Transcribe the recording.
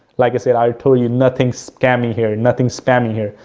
like i said, i told you nothing scammy here and nothing, spamming here.